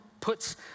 puts